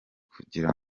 kugira